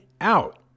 out